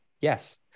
Yes